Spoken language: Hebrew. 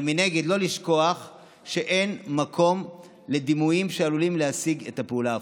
אבל מנגד לא לשכוח שאין מקום לדימויים שעלולים להשיג את הפעולה ההפוכה.